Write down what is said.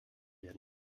werden